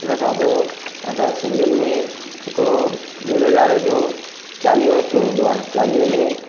उनखां पोइ असां सिंधीनि में हिकिड़ो झूलेलाल जो चालीहो रखियो वेंदो आहे चालीअ में